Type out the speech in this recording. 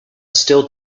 still